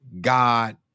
God